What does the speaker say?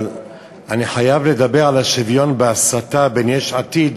אבל אני חייב לדבר על השוויון בהסתה בין יש עתיד